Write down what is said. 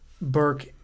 Burke